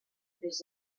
des